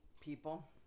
people